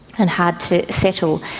and hard to settle.